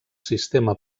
sistema